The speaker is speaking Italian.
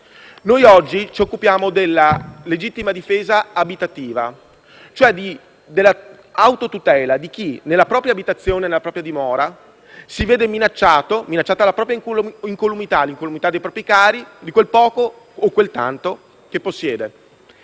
Oggi ci occupiamo della legittima difesa abitativa, cioè dell'autotutela di chi nella propria abitazione o dimora veda minacciata la propria incolumità, l'incolumità dei propri cari e di quel poco o quel tanto che possiede.